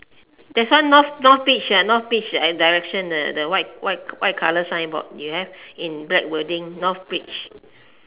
there's one north north beach ah north beach that direction the the white white white colour signboard you have in black wording north beach